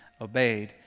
obeyed